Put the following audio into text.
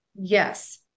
Yes